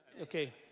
Okay